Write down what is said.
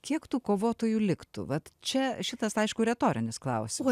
kiek tų kovotojų liktų vat čia šitas aišku retorinis klausimas